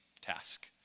task